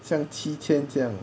像七千这样